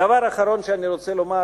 דבר אחרון שאני רוצה לומר,